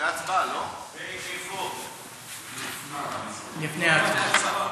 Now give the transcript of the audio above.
הבעת דעה לפני הצבעה.